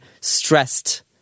stressed